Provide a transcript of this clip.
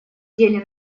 деле